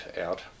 out